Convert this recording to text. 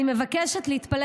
אני מבקשת להתפלל